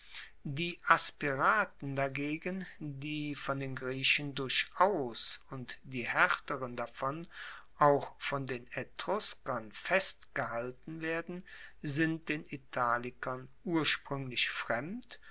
die aspiraten dagegen die von den griechen durchaus und die haerteren davon auch von den etruskern festgehalten werden sind den italikern urspruenglich fremd